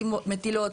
מטילות,